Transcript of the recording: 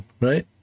Right